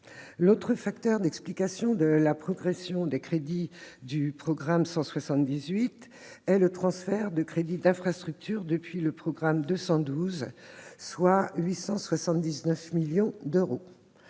L'autre facteur d'explication de la hausse du budget du programme 178 est le transfert de crédits d'infrastructures depuis le programme 212, soit 879 millions d'euros.